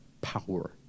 power